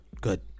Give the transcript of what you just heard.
good